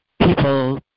people